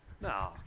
No